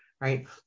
right